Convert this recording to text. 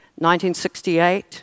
1968